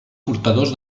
portadors